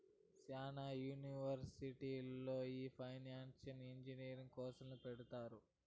శ్యానా యూనివర్సిటీల్లో ఈ ఫైనాన్సియల్ ఇంజనీరింగ్ కోర్సును పెడుతున్నారు